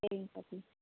சரிங்க பாட்டி